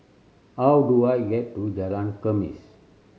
how do I get to Jalan Khamis